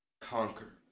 Conquer